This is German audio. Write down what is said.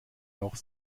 noch